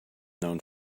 known